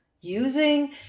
using